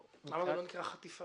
למה זה לא נקרא חטיפה?